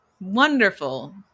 Wonderful